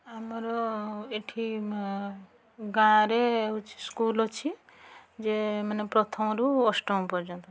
ଆମର ଏଠି ଗାଁରେ ହେଉଛି ସ୍କୁଲ୍ ଅଛି ଯେ ମାନେ ପ୍ରଥମରୁ ଅଷ୍ଟମ ପର୍ଯ୍ୟନ୍ତ